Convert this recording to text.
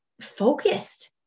focused